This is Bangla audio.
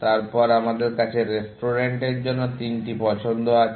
তারপর আমাদের কাছে রেস্টুরেন্টের জন্য তিনটি পছন্দ আছে